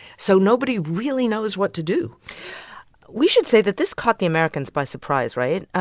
so nobody really knows what to do we should say that this caught the americans by surprise, right?